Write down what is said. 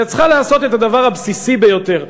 היא צריכה לעשות את הדבר הבסיסי ביותר,